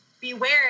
beware